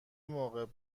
موقع